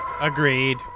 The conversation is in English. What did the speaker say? Agreed